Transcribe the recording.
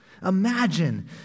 Imagine